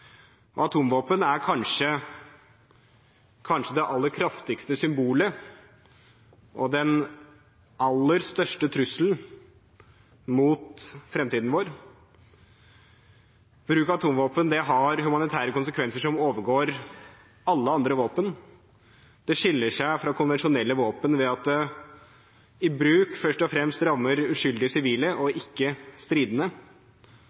Atomvåpen er kanskje det aller kraftigste symbolet og den aller største trusselen mot framtiden vår. Bruk av atomvåpen har humanitære konsekvenser som overgår alle andre våpen. Det skiller seg fra konvensjonelle våpen ved at de i bruk først og fremst rammer uskyldige sivile og ikke stridende.